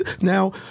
Now